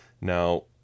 Now